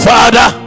Father